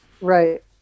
Right